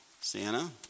Sienna